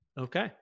Okay